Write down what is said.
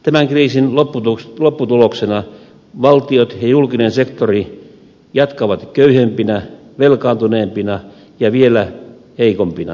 tämän kriisin lopputuloksena valtiot ja julkinen sektori jatkavat köyhempinä velkaantuneempina ja vielä heikompina